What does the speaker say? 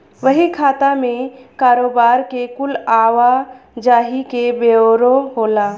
बही खाता मे कारोबार के कुल आवा जाही के ब्योरा होला